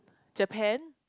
Japan